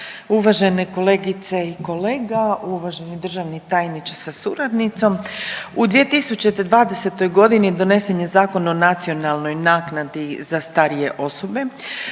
uvažene kolegice i kolega, uvaženi državni tajniče sa suradnicom. U 2020. godini donesen je Zakon o nacionalnoj naknadi za starije osobe